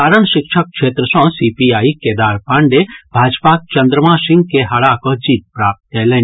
सारण शिक्षक क्षेत्र सॅ सीपीआईक केदार पांडेय भाजपाक चन्द्रमा सिंह के हरा कऽ जीत प्राप्त कयलनि